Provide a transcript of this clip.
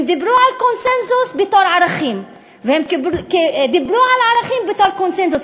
הם דיברו על קונסנזוס בתור ערכים והם דיברו על ערכים בתור קונסנזוס.